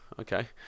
okay